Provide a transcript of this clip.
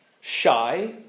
shy